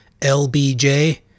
LBJ